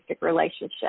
relationship